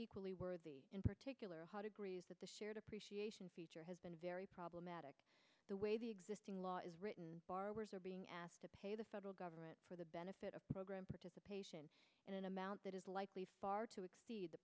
equally worthy in particular the shared appreciation feature has been very problematic the way the existing law is written borrowers are being asked to pay the federal government for the benefit of program participation in an amount that is likely far to exceed the